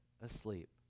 asleep